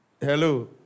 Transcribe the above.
Hello